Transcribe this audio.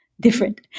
different